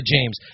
James